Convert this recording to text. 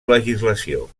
legislació